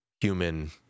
human